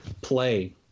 play